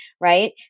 right